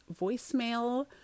voicemail